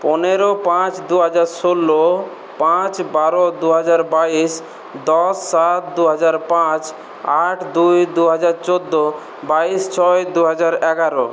পনেরো পাঁচ দুহাজার ষোলো পাঁচ বারো দুহাজার বাইশ দশ সাত দুহাজার পাঁচ আট দুই দুহাজার চোদ্দো বাইশ ছয় দুহাজার এগারো